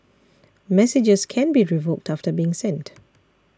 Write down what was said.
messages can be revoked after being sent